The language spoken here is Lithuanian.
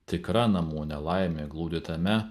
tikra namų nelaimė glūdi tame